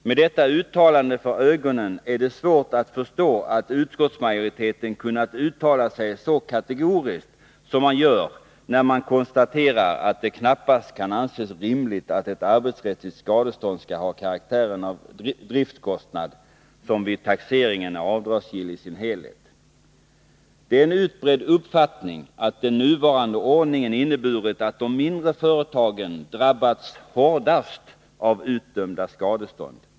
Med detta uttalande för ögonen är det svårt att förstå att utskottsmajoriteten kunnat uttala sig så kategoriskt som den gör, när den konstaterar att det knappast kan anses rimligt att ett arbetsrättsligt skadestånd skall ha karaktären av driftkostnad, som vid taxeringen är avdragsgilli sin helhet. Det är en utbredd uppfattning att den nuvarande ordningen inneburit att de mindre företagen drabbats hårdast av utdömda skadestånd.